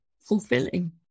fulfilling